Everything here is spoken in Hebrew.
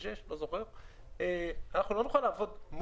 ג' לתוספת הרביעית,